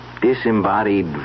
disembodied